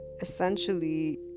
essentially